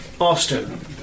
Austin